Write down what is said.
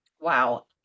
wow